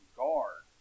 guard